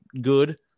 Good